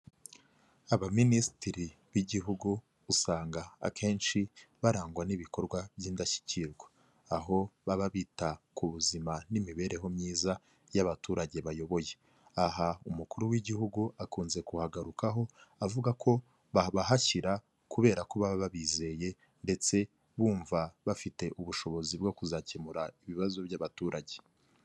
Abaminisitiri b'igihugu usanga akenshi barangwa n'ibikorwa by'indashyikirwa. Aho baba bita ku buzima n'imibereho myiza y'abaturage bayoboye. Aha, umukuru w'igihugu akunze kuhagarukaho avuga ko babahashyira kubera ko baba babizeye ndetse bumva bafite ubushobozi bwo kuzakemura ibibazo by'abaturage.